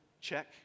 Check